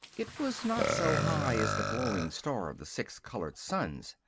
it was not so high as the glowing star of the six colored suns,